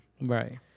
Right